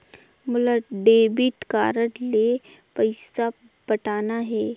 मोला debit card ले पइसा पटाना हे?